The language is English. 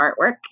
artwork